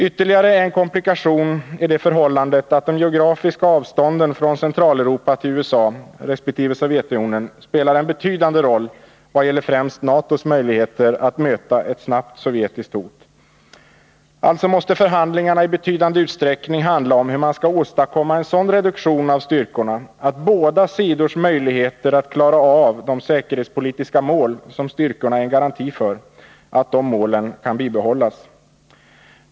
Ytterligare en komplikation är det förhållandet att de geografiska avstånden från Centraleuropa till USA resp. Sovjetunionen spelar en betydande roll vad gäller främst NATO:s möjligheter att möta ett snabbt sovjetiskt hot. Således måste förhandlingarna i betydande utsträckning handla om hur man skall åstadkomma en sådan reduktion av styrkorna att båda sidors möjligheter att klara av de säkerhetspolitiska mål som styrkorna är en garanti för bibehålls.